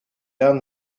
down